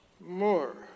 more